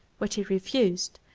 which he refused,